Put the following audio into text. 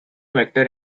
vector